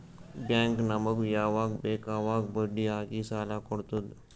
bank ನಮುಗ್ ಯವಾಗ್ ಬೇಕ್ ಅವಾಗ್ ಬಡ್ಡಿ ಹಾಕಿ ಸಾಲ ಕೊಡ್ತುದ್